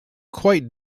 quite